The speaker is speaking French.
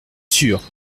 sûre